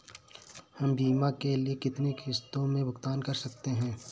हम बीमा के लिए कितनी किश्तों में भुगतान कर सकते हैं?